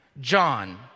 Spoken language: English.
John